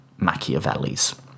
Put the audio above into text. Machiavellis